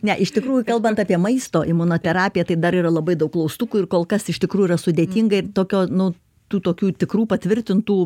ne iš tikrųjų kalbant apie maisto imunoterapiją tai dar yra labai daug klaustukų ir kol kas iš tikrųjų sudėtinga ir tokio nu tokių tikrų patvirtintų